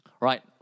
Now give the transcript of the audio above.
right